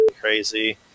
crazy